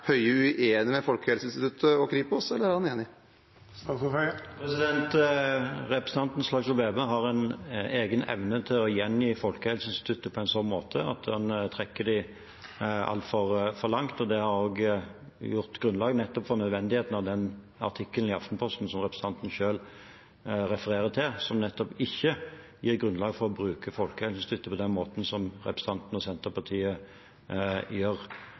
uenig med Folkehelseinstituttet og Kripos, eller er han enig? Representanten Slagsvold Vedum har en egen evne til å gjengi Folkehelseinstituttet på en slik måte at han trekker det altfor langt, og det har også gitt grunnlag for nødvendigheten av den artikkelen i Aftenposten som representanten selv refererer til – som nettopp ikke gir grunnlag for å bruke Folkehelseinstituttet på den måten som representanten og Senterpartiet gjør.